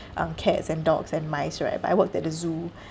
uh cats and dogs and mice right but I worked at the zoo